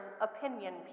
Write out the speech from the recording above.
opinion